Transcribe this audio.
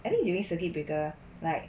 I think during circuit breaker like